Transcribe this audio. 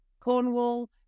Cornwall